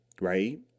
Right